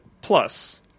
Plus